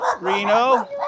Reno